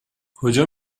کجا